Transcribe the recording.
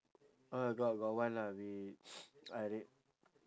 oh got got one lah which I did